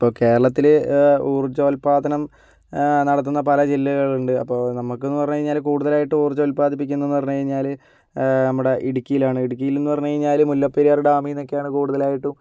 ഇപ്പോൾ കേരളത്തിൽ ഊർജ്ജോത്പാദനം നടത്തുന്ന പല ജില്ലകളുണ്ട് അപ്പോൾ നമുക്കെന്ന് പറഞ്ഞ് കഴിഞ്ഞാൽ കൂടുതലായിട്ടും ഊർജ്ജോത്പാതിപ്പിക്കുന്നതെന്ന് പറഞ്ഞുകഴിഞ്ഞാൽ നമ്മുടെ ഇടുക്കിയിലാണ് ഇടുക്കിയിലെന്നു പറഞ്ഞുകഴിഞ്ഞാൽ മുല്ലപ്പെരിയാർ ഡാമിൽ നിന്നൊക്കെയാണ് കൂടുതൽ ആയിട്ടും